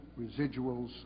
residuals